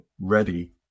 ready